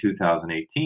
2018